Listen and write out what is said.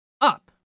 up